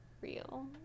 real